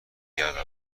گردم